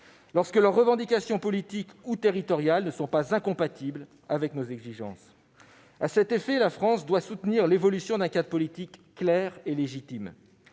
lorsque les revendications politiques ou territoriales portées ne sont pas incompatibles avec nos exigences. À cette fin, la France doit soutenir l'évolution d'un cadre politique clair et légitime.